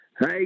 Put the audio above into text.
Hey